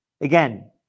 Again